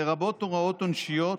לרבות הוראות עונשיות,